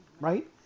right